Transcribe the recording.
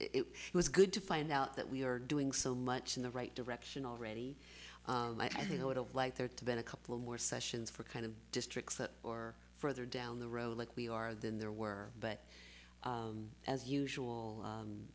it was good to find out that we are doing so much in the right direction already i think i would have liked there to been a couple more sessions for kind of districts that or further down the road like we are than there were but as usual